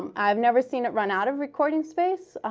um i've never seen it run out of recording space,